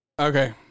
Okay